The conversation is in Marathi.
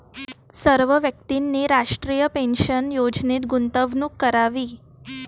सर्व व्यक्तींनी राष्ट्रीय पेन्शन योजनेत गुंतवणूक करावी